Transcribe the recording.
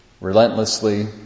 Relentlessly